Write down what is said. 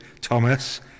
Thomas